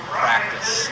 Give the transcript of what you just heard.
practice